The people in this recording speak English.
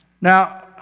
Now